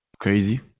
Crazy